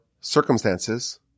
circumstances